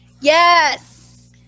yes